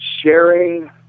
sharing